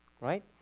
right